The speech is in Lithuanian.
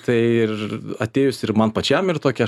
tai ir atėjus ir man pačiam ir tokią